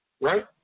right